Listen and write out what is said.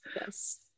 Yes